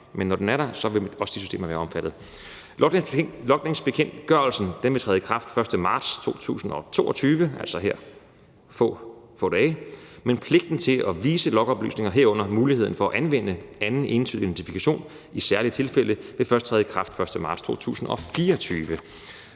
Men når løsningen er der, vil også de systemer være omfattet. Logningsbekendtgørelsen vil træde i kraft den 1. marts 2022, altså her om få dage, men pligten til at vise logoplysninger, herunder muligheden for at anvende anden entydig identifikation i særlige tilfælde, vil først træde i kraft den 1. marts 2024.